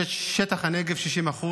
שטח הנגב 60%